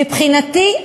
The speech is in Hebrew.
מבחינתי,